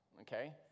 okay